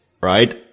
right